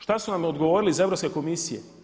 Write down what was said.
Šta su nam odgovorili iz Europske komisije?